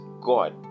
God